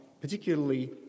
particularly